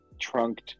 trunked